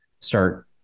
start